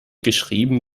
geschrieben